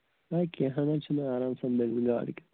کینٛہہ نہٕ حظ چھُنہٕ آرام سان بَنن گاڈٕ